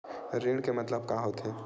ऋण के मतलब का होथे?